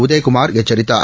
உதயகுமார் எச்சரித்தார்